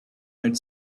had